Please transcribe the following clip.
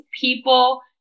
people